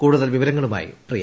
കൂടുതൽ വിവരങ്ങളുമായി പ്രിയ